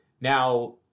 Now